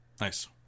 Nice